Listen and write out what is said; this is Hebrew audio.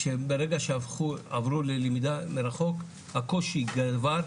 ברגע שהפכו ללמידה מרחוק הקושי גבר,